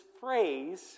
phrase